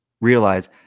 realize